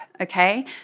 okay